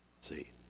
See